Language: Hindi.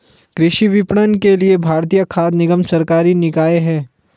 कृषि विपणन के लिए भारतीय खाद्य निगम सरकारी निकाय है